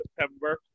September